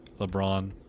LeBron